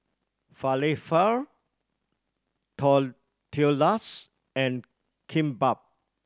Falafel Tortillas and Kimbap